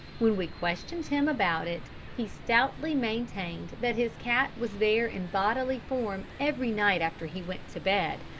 when we questioned him about it, he stoutly maintained that his cat was there in bodily form every night after he went to bed,